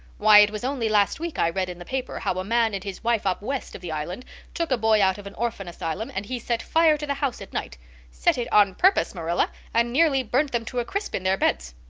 why, it was only last week i read in the paper how a man and his wife up west of the island took a boy out of an orphan asylum and he set fire to the house at night set it on purpose, marilla and nearly burnt them to a crisp in their beds.